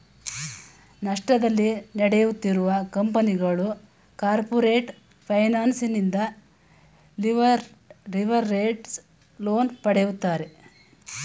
ನಷ್ಟದಲ್ಲಿ ನಡೆಯುತ್ತಿರುವ ಕಂಪನಿಗಳು ಕಾರ್ಪೊರೇಟ್ ಫೈನಾನ್ಸ್ ನಿಂದ ಲಿವರೇಜ್ಡ್ ಲೋನ್ ಪಡೆಯುತ್ತಾರೆ